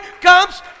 comes